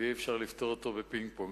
ואי-אפשר לפתור אותו בפינג-פונג.